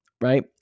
Right